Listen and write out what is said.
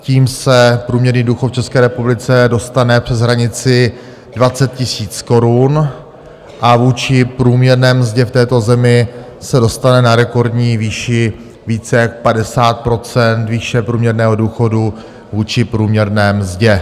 Tím se průměrný důchod v České republice dostane přes hranici 20 000 korun a vůči průměrné mzdě v této zemi se dostane na rekordní výši více jak 50 % výše průměrného důchodu vůči průměrné mzdě.